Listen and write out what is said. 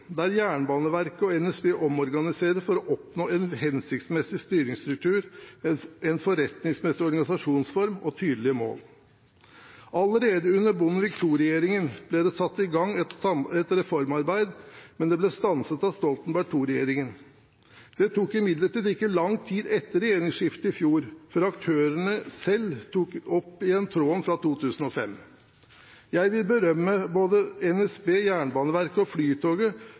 å oppnå en hensiktsmessig styringsstruktur, en forretningsmessig organisasjonsform og tydelige mål. Allerede under Bondevik II-regjeringen ble det satt i gang et reformarbeid, men det ble stanset av Stoltenberg II-regjeringen. Det tok imidlertid ikke lang tid etter regjeringsskiftet i fjor før aktørene selv tok opp igjen tråden fra 2005. Jeg vil berømme både NSB, Jernbaneverket og Flytoget